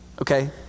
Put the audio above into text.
Okay